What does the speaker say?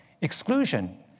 exclusion